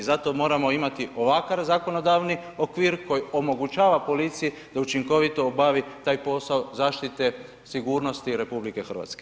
Zato moramo imati ovakav zakonodavni okvir koji omogućava policiji da učinkovito obavi taj posao zaštitite sigurnosti RH.